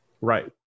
Right